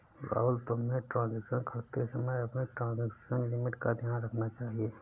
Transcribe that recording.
राहुल, तुम्हें ट्रांजेक्शन करते समय अपनी ट्रांजेक्शन लिमिट का ध्यान रखना चाहिए